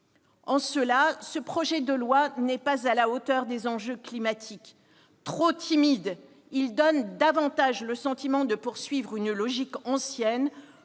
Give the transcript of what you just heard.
En cela, ce projet de loi n'est pas à la hauteur des enjeux climatiques. Trop timide, il donne le sentiment de prolonger une logique ancienne